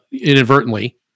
inadvertently